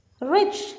Rich